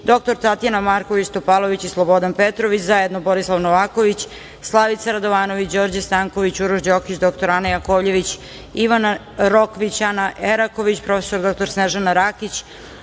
dr Tatjana Marković Topalović i Slobodan Petrović, zajedno Borislav Novaković, Slavica Radovanović, Đorđe Stanković, Uroš Đokić, dr Ana Jakovljević, Ivana Rokvić, Ana Eraković, prof. dr Snežana Rakić,